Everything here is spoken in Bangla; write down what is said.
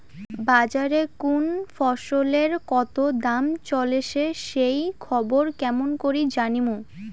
বাজারে কুন ফসলের কতো দাম চলেসে সেই খবর কেমন করি জানীমু?